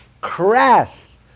crass